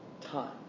time